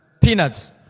Peanuts